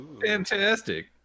Fantastic